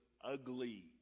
ugly